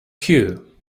queue